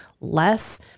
less